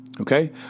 Okay